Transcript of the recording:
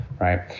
right